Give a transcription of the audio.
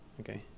okay